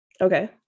Okay